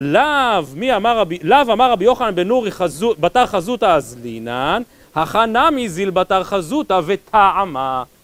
להב אמר רבי יוחאן בנורי בתר חזוטה הזלינן החנם עזיל בתר חזוטה וטעמה